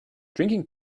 drinking